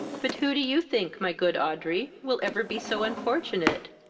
but who do you think, my good audrey, will ever be so unfortunate?